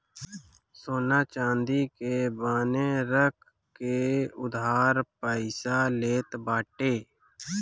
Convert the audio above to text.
सोना चांदी के बान्हे रख के उधार पईसा लेत बाटे